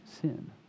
sin